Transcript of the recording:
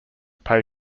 pay